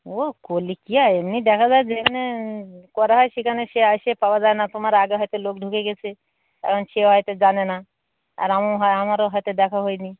ও করলে কী হয় এমনি দেখা যায় যেখানে করা হয় সেখানে সে এসে পাওয়া যায় না তোমার আগে হয়তো লোক ঢুকে গিয়েছে কারণ সে হয়তো জানে না আর আমও হয় আমারও হয়তো দেখা হয়নি